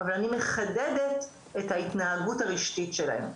אבל אני מחדדת את ההתנהגות הרשתית שלהם,